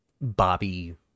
bobby